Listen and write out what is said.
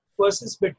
versus